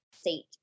seat